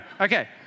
okay